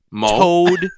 Toad